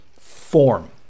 form